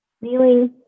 kneeling